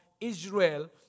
Israel